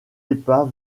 épaves